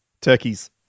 Turkeys